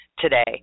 today